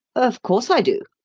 of course i do,